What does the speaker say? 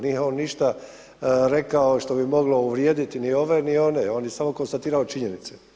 Nije on ništa rekao što bi moglo uvrijediti ni ove ni one, on je samo konstatirao činjenice.